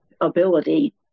ability